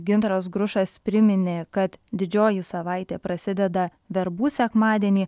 gintaras grušas priminė kad didžioji savaitė prasideda verbų sekmadienį